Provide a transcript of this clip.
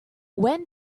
when